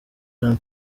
jean